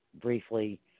briefly